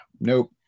nope